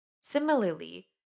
Similarly